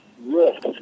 Yes